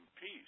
peace